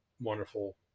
wonderful